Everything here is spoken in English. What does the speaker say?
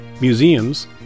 museums